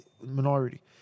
minority